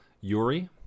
Yuri